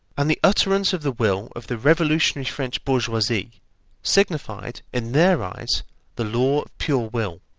and the utterance of the will of the revolutionary french bourgeoisie signified in their eyes the law of pure will,